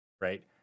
right